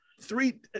three